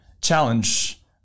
challenge